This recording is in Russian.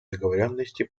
договоренности